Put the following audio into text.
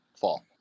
fall